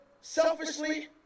selfishly